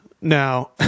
now